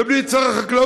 ובלי לשאול את שר החקלאות,